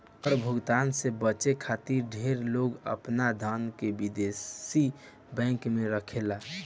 कर भुगतान से बचे खातिर ढेर लोग आपन धन के विदेशी बैंक में रखेला